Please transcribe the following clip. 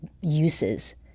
uses